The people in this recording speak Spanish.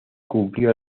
cumplió